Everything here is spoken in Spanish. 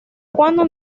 cuándo